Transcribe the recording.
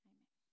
Amen